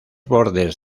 bordes